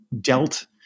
dealt